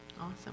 Awesome